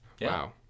wow